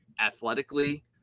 athletically